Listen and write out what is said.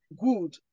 good